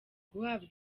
guhabwa